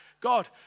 God